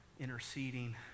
interceding